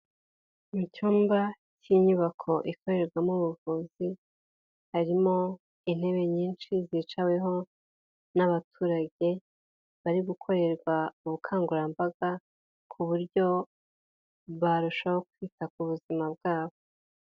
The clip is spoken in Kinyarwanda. Mu cyumba cy'inyubako ikorerwamo ubuvuzi, harimo intebe nyinshi zicaweho n'abaturage, bari gukorerwa ubukangurambaga ku buryo barushaho kwita ku buzima bwabo.